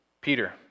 Peter